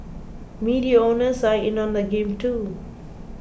media owners are in on the game too